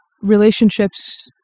relationships